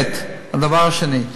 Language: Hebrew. הדבר השני,